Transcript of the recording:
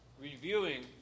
reviewing